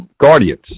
guardians